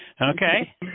Okay